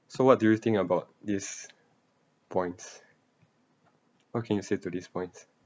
so what do you think about these points what can you say to these points